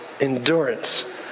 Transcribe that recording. endurance